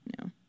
no